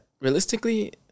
realistically